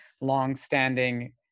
longstanding